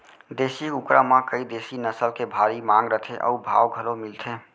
देसी कुकरा म कइ देसी नसल के भारी मांग रथे अउ भाव घलौ मिलथे